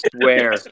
swear